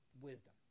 wisdom